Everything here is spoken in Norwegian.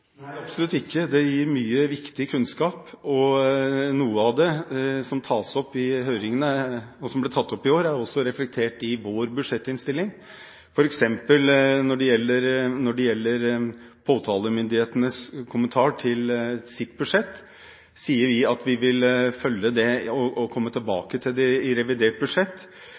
Nei, absolutt ikke. Den gir mye viktig kunnskap, og noe av det som tas opp i høringene, og som ble tatt opp i år, er også reflektert i vår budsjettinnstilling. For eksempel når det gjelder påtalemyndighetenes kommentar til sitt budsjett, sier vi at vi vil følge det opp og komme tilbake til det i revidert budsjett,